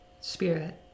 spirit